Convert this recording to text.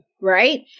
right